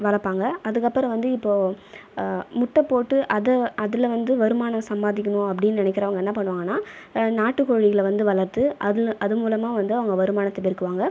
வளர்ப்பாங்க அதுக்கு அப்புறம் வந்து இப்போது முட்டை போட்டு அது அதில் வந்து வருமானம் சம்பாதிக்கணும் அப்படி நினைக்கிறவங்க என்ன பண்ணுவாங்கன்னா நாட்டு கோழிகளை வந்து வளர்த்து அது அது மூலமாக வந்து அவங்க வருமானத்தை பெருக்குவாங்க